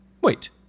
Wait